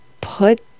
put